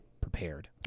prepared